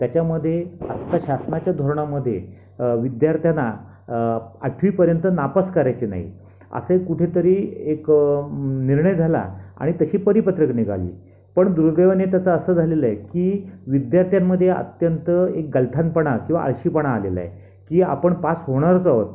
त्याच्यामध्ये आत्ता शासनाच्या धोरणामध्ये विद्यार्थ्यांना आठवीपर्यंत नापास करायचे नाही असे कुठे तरी एक निर्णय झाला आणि तशी परिपत्रकं निघाली पण दुर्देवाने त्याचं असं झालेलं आहे की विद्यार्थ्यांमध्ये अत्यंत एक गलथानपणा किवा आळशीपणा आलेला आहे की आपण पास होणारच आहोत